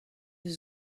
eus